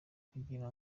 kugira